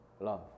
love